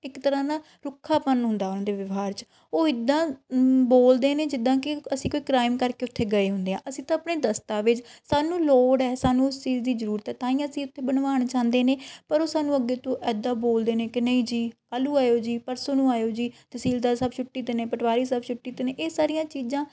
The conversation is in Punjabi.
ਇੱਕ ਤਰ੍ਹਾਂ ਨਾ ਰੁੱਖਾਪਨ ਹੁੰਦਾ ਉਹਨਾਂ ਦੇ ਵਿਵਹਾਰ 'ਚ ਉਹ ਇੱਦਾਂ ਬੋਲਦੇ ਨੇ ਜਿੱਦਾਂ ਕਿ ਅਸੀਂ ਕੋਈ ਕ੍ਰਾਈਮ ਕਰਕੇ ਉੱਥੇ ਗਏ ਹੁੰਦੇ ਹਾਂ ਅਸੀਂ ਤਾਂ ਆਪਣੇ ਦਸਤਾਵੇਜ਼ ਸਾਨੂੰ ਲੋੜ ਹੈ ਸਾਨੂੰ ਉਸ ਚੀਜ਼ ਦੀ ਜ਼ਰੂਰਤ ਹੈ ਤਾਂ ਹੀ ਅਸੀਂ ਉੱਥੇ ਬਣਵਾਉਣ ਜਾਂਦੇ ਨੇ ਪਰ ਉਹ ਸਾਨੂੰ ਅੱਗੇ ਤੋਂ ਇੱਦਾਂ ਬੋਲਦੇ ਨੇ ਕਿ ਨਹੀਂ ਜੀ ਕਾਲੂ ਆਇਓ ਜੀ ਪਰਸੋਂ ਨੂੰ ਆਇਓ ਜੀ ਤਹਿਸੀਲਦਾਰ ਸਾਹਿਬ ਛੁੱਟੀ 'ਤੇ ਨੇ ਪਟਵਾਰੀ ਸਾਹਿਬ ਛੁੱਟੀ 'ਤੇ ਨੇ ਇਹ ਸਾਰੀਆਂ ਚੀਜ਼ਾਂ